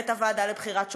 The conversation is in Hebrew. ואת הוועדה לבחירת שופטים,